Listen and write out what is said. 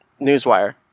newswire